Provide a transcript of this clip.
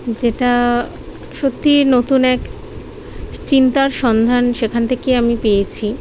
যেটা সত্যিই নতুন এক চিন্তার সন্ধান সেখান থেকে আমি পেয়েছি